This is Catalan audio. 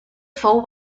fou